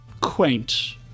quaint